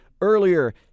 Earlier